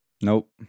Nope